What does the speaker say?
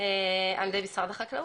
החקלאות ועל ידי משרד החקלאות.